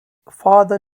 father